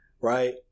right